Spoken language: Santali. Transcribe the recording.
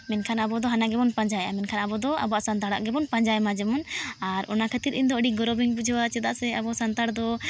ᱢᱮᱱᱠᱦᱟᱱ ᱟᱵᱚ ᱫᱚ ᱦᱟᱱᱟ ᱜᱮᱵᱚᱱ ᱯᱟᱸᱡᱟᱭᱮᱜᱼᱟ ᱢᱮᱱᱠᱷᱟᱱ ᱟᱵᱚ ᱫᱚ ᱟᱵᱚᱣᱟ ᱥᱟᱱᱛᱟᱲ ᱜᱮᱵᱚᱱ ᱯᱟᱸᱡᱟᱭᱢᱟ ᱡᱮᱢᱚᱱ ᱟᱨ ᱚᱱᱟ ᱠᱷᱟᱹᱛᱤᱨ ᱤᱧ ᱫᱚ ᱟᱹᱰᱤ ᱜᱚᱨᱚᱵ ᱤᱧ ᱵᱩᱡᱷᱟᱹᱣᱟ ᱪᱮᱫᱟᱜ ᱥᱮ ᱟᱵᱚ ᱥᱟᱱᱛᱟᱲ ᱫᱚ